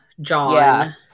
john